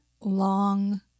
long